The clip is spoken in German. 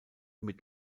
mit